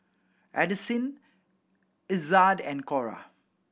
Addisyn Ezzard and Cora